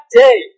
day